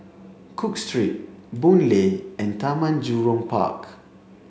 Cook Street Boon Lay and Taman Jurong Park